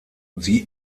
sie